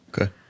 Okay